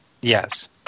Yes